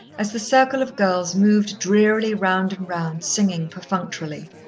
as the circle of girls moved drearily round and round singing perfunctorily.